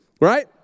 Right